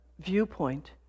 viewpoint